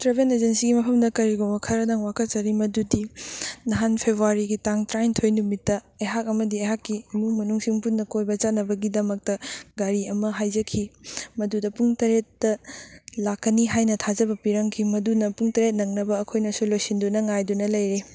travel ꯑꯦꯖꯦꯟꯁꯤꯒꯤ ꯃꯐꯝꯗ ꯀꯔꯤꯒꯨꯝꯕ ꯈꯔꯗꯪ ꯋꯥꯀꯠꯆꯔꯤ ꯃꯗꯨꯗꯤ ꯅꯍꯥꯟ ꯐꯦꯕꯋꯥꯔꯤꯒꯤ ꯇꯥꯡ ꯇꯔꯥꯅꯤꯊꯣꯏ ꯅꯨꯃꯤꯠꯇ ꯑꯩꯍꯛ ꯑꯃꯗꯤ ꯑꯩꯍꯥꯛꯀꯤ ꯏꯃꯨꯡ ꯃꯅꯨꯡꯁꯤꯟ ꯄꯨꯟꯅ ꯀꯣꯏꯕ ꯆꯠꯅꯕꯒꯤꯗꯃꯛꯇ ꯒꯥꯔꯤ ꯑꯃ ꯍꯥꯏꯖꯈꯤ ꯃꯗꯨꯗ ꯄꯨꯡ ꯇꯔꯦꯠꯇ ꯂꯥꯛꯀꯅꯤ ꯍꯥꯏꯅ ꯊꯥꯖꯕ ꯄꯤꯔꯝꯈꯤ ꯃꯗꯨꯟ ꯄꯨꯡ ꯇꯔꯦꯠ ꯅꯪꯅꯕ ꯑꯩꯈꯣꯏꯅꯁꯨ ꯜꯣꯏꯁꯤꯟꯗꯨꯅ ꯉꯥꯏꯗꯨꯅ ꯂꯩꯔꯦ